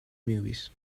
movies